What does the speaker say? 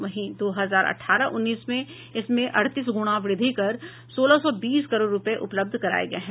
वहीं दो हजार अठारह उन्नीस में इसमें अड़तीस गुना वृद्वि कर सोलह सौ बीस करोड़ रुपये उपलब्ध कराये गये हैं